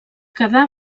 quedà